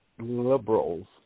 liberals